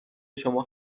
شما